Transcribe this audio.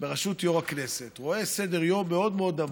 בראשות יו"ר הכנסת, רואה סדר-יום מאוד מאוד עמוס,